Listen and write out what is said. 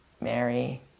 Mary